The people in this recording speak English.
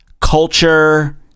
Culture